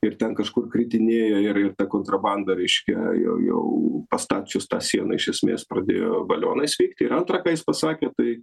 ir ten kažkur kritinėja ir ir ta kontrabanda reiškia jau jau pastačius tą sieną iš esmės pradėjo balionais veikti ir antra ką jis pasakė tai